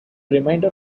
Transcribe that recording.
remainder